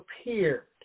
appeared